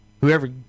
Whoever